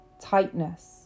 tightness